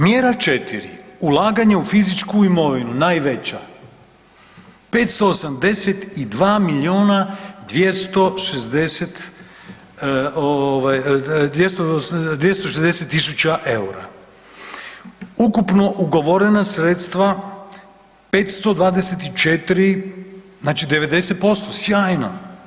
Mjera 4, ulaganje u fizičku imovinu najveća 582 milijuna 260 tisuća eura, ukupno ugovorena sredstva 524 znači 90% sjajno.